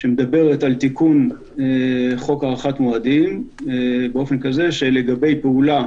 שמדברת על תיקון חוק הארכת מועדים באופן כזה שלגבי פעולה